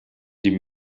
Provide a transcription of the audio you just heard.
die